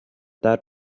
that